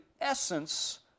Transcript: essence